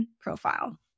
profile